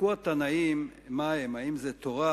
נחלקו התנאים מה הם: האם זה תורה,